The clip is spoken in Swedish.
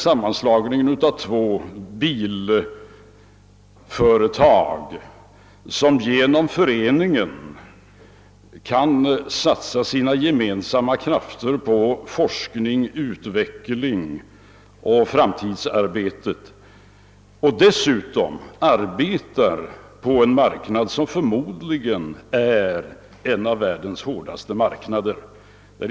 Sammanslagningen av dessa båda bilföretag gör att de gemensamt kan satsa sina krafter på forskning, utveckling och framtidsarbete. De är verksamma på en marknad där konkurrensen förmodligen är hårdare än på de flesta andra områden.